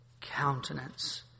countenance